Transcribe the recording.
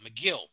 McGill